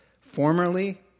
Formerly